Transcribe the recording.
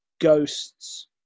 ghosts